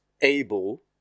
able